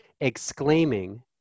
exclaiming